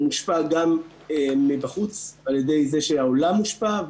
הוא מושפע גם מבחוץ על ידי זה שהעולם מושפע,